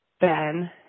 Ben